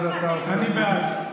תודה לכבוד השר אופיר אקוניס.